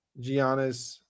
Giannis